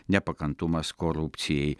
nepakantumas korupcijai